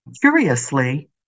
curiously